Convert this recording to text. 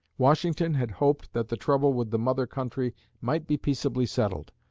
washington had hoped that the trouble with the mother country might be peaceably settled.